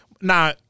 now